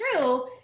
true